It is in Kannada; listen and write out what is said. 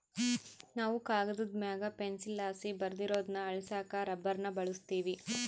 ನಾವು ಕಾಗದುದ್ ಮ್ಯಾಗ ಪೆನ್ಸಿಲ್ಲಾಸಿ ಬರ್ದಿರೋದ್ನ ಅಳಿಸಾಕ ರಬ್ಬರ್ನ ಬಳುಸ್ತೀವಿ